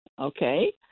okay